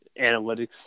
analytics